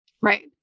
Right